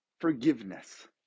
forgiveness